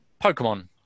Pokemon